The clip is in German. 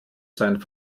sein